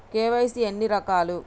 KYC ఎన్ని రకాలు?